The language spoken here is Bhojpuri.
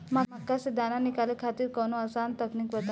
मक्का से दाना निकाले खातिर कवनो आसान तकनीक बताईं?